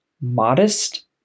modest